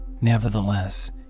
Nevertheless